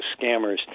scammers